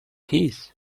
keys